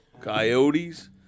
coyotes